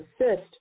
assist